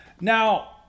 now